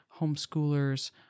homeschoolers